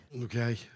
Okay